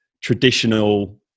traditional